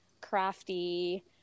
crafty